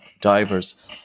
divers